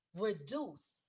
reduce